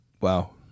Wow